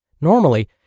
Normally